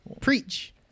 preach